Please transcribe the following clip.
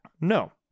No